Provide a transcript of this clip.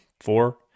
four